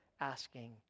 asking